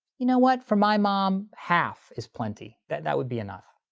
you know what, for my mom, half is plenty. that, that would be enough.